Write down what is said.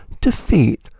defeat